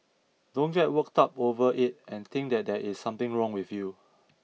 don't get worked up over it and think that there is something wrong with you